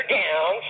down